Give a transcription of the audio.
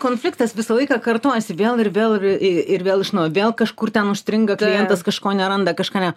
konfliktas visą laiką kartojasi vėl ir vėl ir ir vėl iš naujo vėl kažkur ten užstringa klientas kažko neranda kažką ne